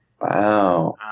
Wow